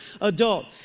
adult